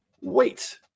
wait